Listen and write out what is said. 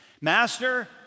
Master